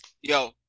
Yo